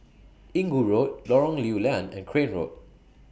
Inggu Road Lorong Lew Lian and Crane Road